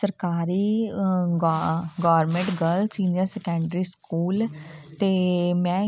ਸਰਕਾਰੀ ਗੌ government girl senior secondary school ਅਤੇ ਮੈਂ